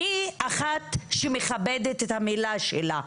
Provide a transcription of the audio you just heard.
אני אחת שמכבדת את המילה שלה.